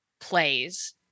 plays